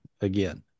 again